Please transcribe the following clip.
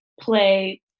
play